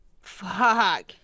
fuck